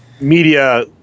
media